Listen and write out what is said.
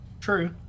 True